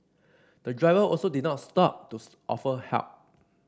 the driver also did not stop to offer help